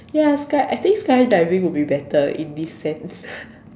ya sky I think skydiving will be better in this sense